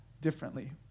differently